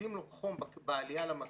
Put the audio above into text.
מודדים לו חום בעלייה למטוס.